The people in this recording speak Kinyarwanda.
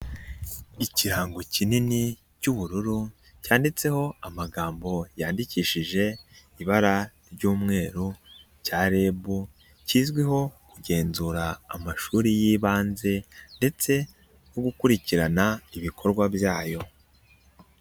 Ikirango kinini cy'ubururu cyanditseho amagambo yandikishije ibara ry'umweru cya REB, kizwiho kugenzura amashuri y'ibanze ndetse no gukurikirana ibikorwa byayo.